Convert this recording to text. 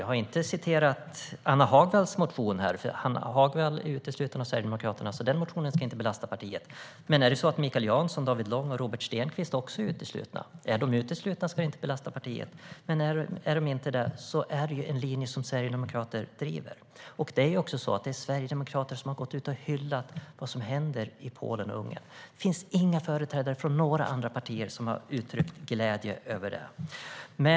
Jag har inte citerat Anna Hagwalls motion här, för hon är utesluten från Sverigedemokraterna, och den motionen ska inte belasta partiet. Men är Mikael Jansson, David Lång och Robert Stenkvist också uteslutna? Är de uteslutna ska det här inte belasta partiet, men är de inte det är det en linje som sverigedemokrater driver. Det är också sverigedemokrater som har gått ut och hyllat det som händer i Polen och Ungern. Det finns inga företrädare från några andra partier som har uttryckt glädje över det.